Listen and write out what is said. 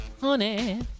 Honey